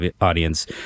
audience